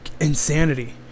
insanity